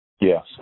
Yes